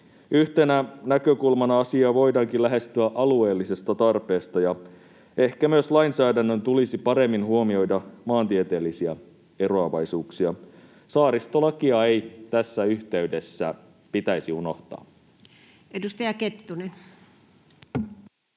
Yksi näkökulma asiaan onkin lähestyä sitä alueellisesta tarpeesta, ja ehkä myös lainsäädännön tulisi paremmin huomioida maantieteellisiä eroavaisuuksia. Saaristolakia ei tässä yhteydessä pitäisi unohtaa. [Speech